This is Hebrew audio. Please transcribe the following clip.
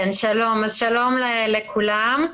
שלום לכולם,